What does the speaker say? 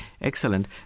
Excellent